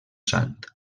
sant